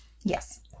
yes